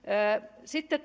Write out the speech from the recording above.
sitten